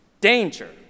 Danger